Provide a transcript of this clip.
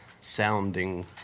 sounding